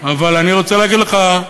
אבל אני רוצה להגיד לך,